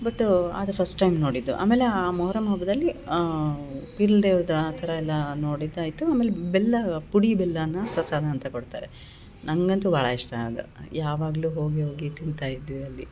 but ಅದ್ first time ನೋಡಿದ್ದು ಆಮೇಲೆ ಆ ಮೊಹರಮ್ ಹಬ್ದಲ್ಲಿ ಪಿರ್ಲ್ ದೇವ್ರುದ್ದು ಆ ಥರ ಎಲ್ಲ ನೋಡಿದ್ದಾಯ್ತು ಆಮೇಲೆ ಬೆಲ್ಲ ಪುಡಿ ಬೆಲ್ಲನ ಪ್ರಸಾದ ಅಂತ ಕೊಡ್ತಾರೆ ನಂಗಂತು ಭಾಳ ಇಷ್ಟ ಅದು ಯಾವಾಗಲು ಹೋಗಿ ಹೋಗಿ ತಿಂತಾ ಇದ್ವಿ ಅಲ್ಲಿ